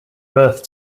birth